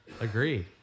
Agree